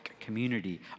community